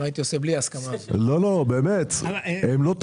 מה הייתי עושה בלי ההסכמה הזאת?